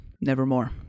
nevermore